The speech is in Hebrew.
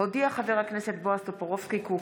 הודיע חבר הכנסת בועז טופורובסקי כי הוא